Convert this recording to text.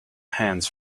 hands